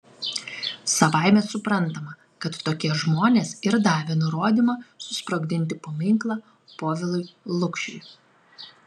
savaime suprantama kad tokie žmonės ir davė nurodymą susprogdinti paminklą povilui lukšiui